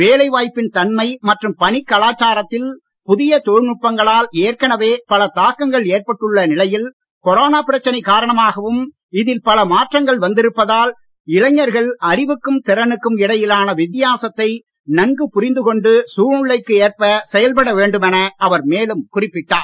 வேலை வாய்ப்பின் தன்மை மற்றும் பணிக் கலச்சாரத்தில் புதிய தொழில்நுட்பங்களால் ஏற்கனவே பல தாக்கங்கள் ஏற்பட்டுள்ள நிலையில் கொரோனா பிரச்சனை காரணமாகவும் இதில் பல மாற்றங்கள் வந்திருப்பதால் இளைஞர்கள் அறிவுக்கும் திறனுக்கும் இடையிலான வித்தியாசத்தை நன்கு புரிந்து சூழ்நிலைக்கு ஏற்ப செயல்பட வேண்டும் என அவர் மேலும் குறிப்பிட்டார்